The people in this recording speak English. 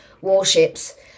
warships